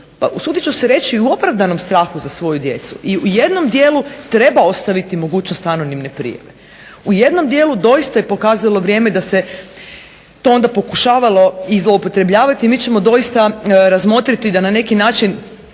usuditi ću se u opravdanom strahu za svoju djecu i u jednom dijelu treba ostaviti mogućnost anonimne prijave. U jednom dijelu doista je pokazalo vrijeme da se to pokušavalo zloupotrebljavati, mi ćemo doista razmotriti da na neki način